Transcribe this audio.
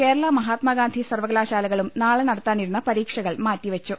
കേരള മഹാത്മാഗാന്ധി സർവകലാശാലകളും നാളെ നടത്താനി രുന്ന പരീക്ഷകൾ മാറ്റിവെച്ചു